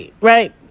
right